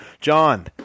John